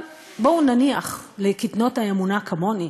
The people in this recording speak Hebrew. אבל בואו נניח לקטנות האמונה כמוני